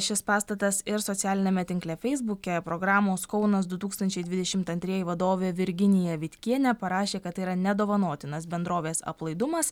šis pastatas ir socialiniame tinkle feisbuke programos kaunas du tūkstančiai dvidešimt antrieji vadovė virginija vitkienė parašė kad tai yra nedovanotinas bendrovės aplaidumas